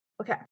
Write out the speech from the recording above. Okay